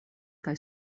kaj